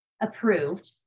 approved